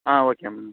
ah okay ma'am